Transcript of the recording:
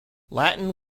latin